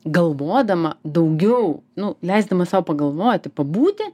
galvodama daugiau nu leisdama sau pagalvoti pabūti